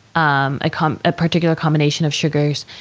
um like um a particular combination of sugars,